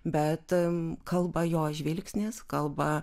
bet mums kalba jo žvilgsnis kalba